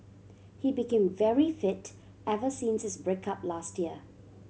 he became very fit ever since his break up last year